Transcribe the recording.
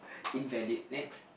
invalid next